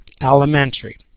elementary